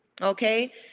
Okay